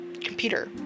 computer